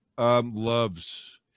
Loves